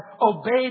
obeyed